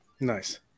Nice